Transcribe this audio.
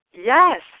Yes